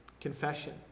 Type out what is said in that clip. Confession